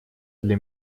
для